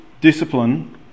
discipline